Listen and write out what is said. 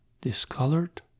discolored